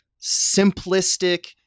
simplistic